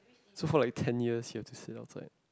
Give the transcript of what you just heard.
so for like ten years he has to sit outside